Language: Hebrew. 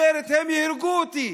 אחרת הם יהרגו אותי.